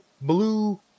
blue